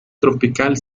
tropical